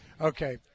Okay